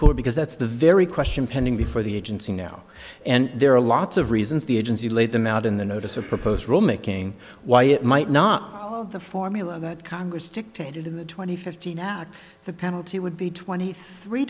poor because that's the very question pending before the agency now and there are lots of reasons the agency laid them out in the notice of proposed rulemaking why it might not have the formula that congress dictated in the twenty fifteen hour the penalty would be twenty three